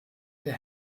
der